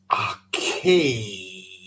Okay